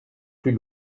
plus